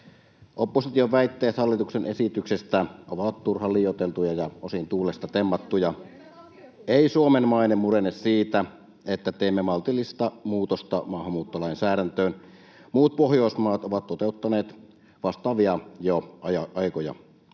Opposition väitteet hallituksen esityksestä ovat turhan liioiteltuja ja osin tuulesta temmattuja. [Paula Werning: Entäs asiantuntijat?] Ei Suomen maine murene siitä, että teemme maltillista muutosta maahanmuuttolainsäädäntöön. Muut Pohjoismaat ovat toteuttaneet vastaavia jo aikoja